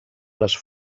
les